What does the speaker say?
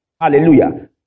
Hallelujah